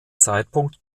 zeitpunkt